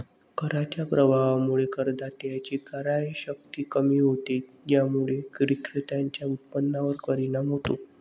कराच्या प्रभावामुळे करदात्याची क्रयशक्ती कमी होते, ज्यामुळे विक्रेत्याच्या उत्पन्नावर परिणाम होतो